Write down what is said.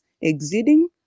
exceeding